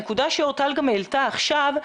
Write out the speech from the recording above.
הנקודה שאורטל העלתה עכשיו,